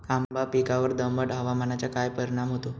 आंबा पिकावर दमट हवामानाचा काय परिणाम होतो?